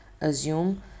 Assume